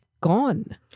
gone